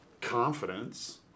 confidence